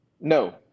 No